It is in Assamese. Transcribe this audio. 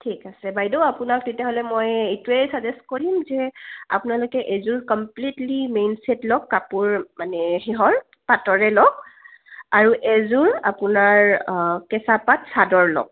ঠিক আছে বাইদেউ আপোনাক তেতিয়াহ'লে মই এইটোৱেই চাজেষ্ট কৰিম যে আপোনালোকে এযোৰ কমপ্লিটলি মেইন ছেট লওক কাপোৰ মানে সেহৰ পাটৰে লওক আৰু এযোৰ আপোনাৰ কেঁচা পাট চাদৰ লওক